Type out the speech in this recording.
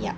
yup